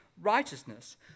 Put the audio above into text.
righteousness